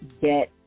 get